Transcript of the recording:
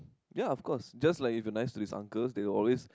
ya of course just like if you're nice to these uncles they'll always